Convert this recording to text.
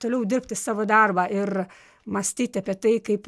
toliau dirbti savo darbą ir mąstyti apie tai kaip